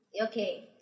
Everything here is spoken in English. Okay